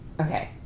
Okay